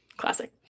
Classic